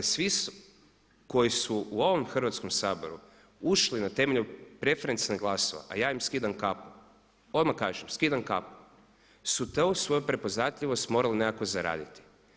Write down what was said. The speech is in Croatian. Svi koji su u ovom Hrvatskom saboru ušli na temelju preferencijalnih glasova, a ja im skidam kapu, odmah kažem, skidam kapu, su tu svoju prepoznatljivost morali nekako zaraditi.